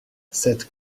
cette